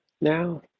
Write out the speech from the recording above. now